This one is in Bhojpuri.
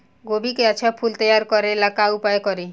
गोभी के अच्छा फूल तैयार करे ला का उपाय करी?